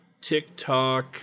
TikTok